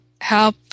help